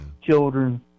children